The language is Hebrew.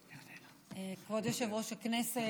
כבוד יושב-ראש הכנסת,